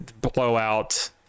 Blowout